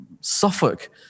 Suffolk